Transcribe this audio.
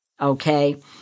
Okay